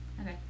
Okay